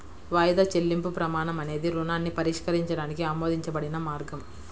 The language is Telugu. వాయిదా చెల్లింపు ప్రమాణం అనేది రుణాన్ని పరిష్కరించడానికి ఆమోదించబడిన మార్గం